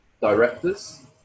directors